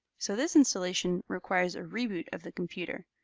so this installation requires a reboot of the computer.